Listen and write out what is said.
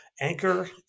Anchor